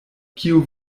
kiu